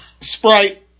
Sprite